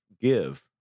give